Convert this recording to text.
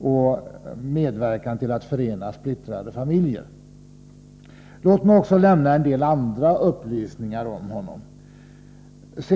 och medverkan till att återförena splittrade familjer. Låt mig också lämna en del andra upplysningar om Anatolij Sjtjaranskij.